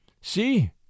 See